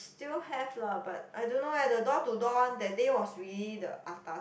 still have lah but I don't know leh the door to door one that day was really the atas